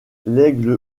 l’aigle